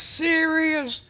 serious